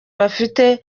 bafite